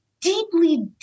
deeply